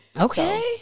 Okay